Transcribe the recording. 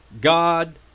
God